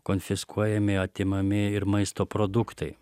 konfiskuojami atimami ir maisto produktai